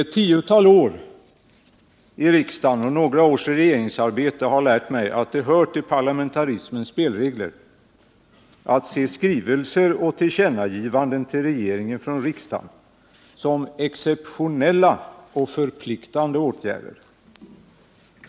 Ett tiotal år i riksdagen och några års regeringsarbete har lärt mig att det hör till parlamentarismens spelregler att se skrivelser och tillkännagivanden till regeringen från riksdagen som exceptionella och förpliktande åtgärder.